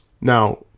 Now